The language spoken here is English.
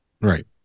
right